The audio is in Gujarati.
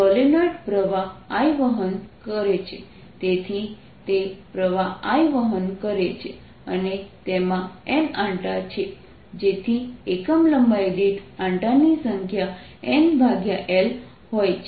સોલેનોઇડ પ્રવાહ I વહન કરે છે તેથી તે પ્રવાહ I વહન કરે છે અને તેમાં N આંટા છે જેથી એકમ લંબાઈ દીઠ આંટાની સંખ્યા NL હોય છે